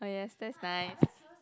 oh yes that's nice